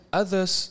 others